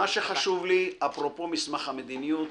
מה שחשוב לי, אפרופו מסמך המדיניות,